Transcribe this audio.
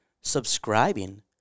subscribing